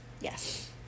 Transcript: Yes